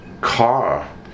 car